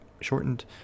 Shortened